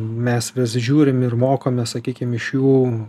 mes vis žiūrim ir mokomės sakykim iš jų